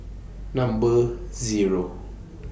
Number Zero